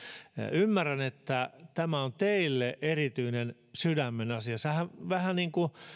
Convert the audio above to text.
ymmärrän että tämä on teille erityinen sydämenasia vähän vähän niin kuin